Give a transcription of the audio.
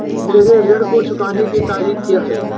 मेरे ऋण को चुकाने की तारीख़ क्या है?